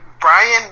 Brian